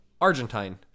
Argentine